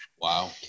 Wow